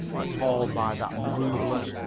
appalled by that moveless,